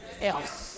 else